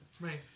Right